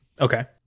okay